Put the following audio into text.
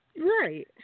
right